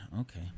Okay